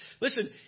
Listen